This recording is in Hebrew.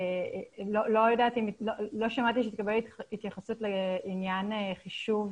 לא שמעתי לגבי התייחסות לעניין חישוב